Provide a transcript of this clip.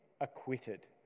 acquitted